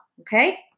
okay